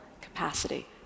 capacity